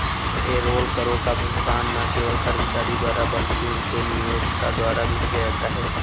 payroll करों का भुगतान न केवल कर्मचारी द्वारा बल्कि उनके नियोक्ता द्वारा भी किया जाता है